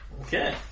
Okay